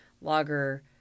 lager